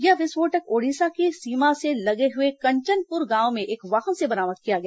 यह विस्फोटक ओडिशा की सीमा से लगे हुए कंचनपुर गांव में एक वाहन से बरामद किया गया